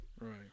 Right